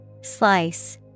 Slice